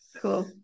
Cool